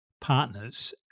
partners